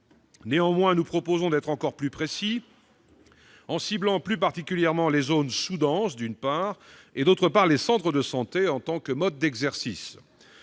Néanmoins, nous proposons d'être encore plus précis en ciblant plus particulièrement les zones sous-denses, d'une part, et les centres de santé en tant que mode d'exercice,